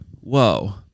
whoa